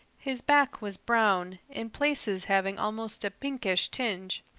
his back was brown, in places having almost a pinkish tinge.